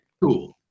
Cool